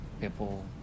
people